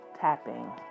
tapping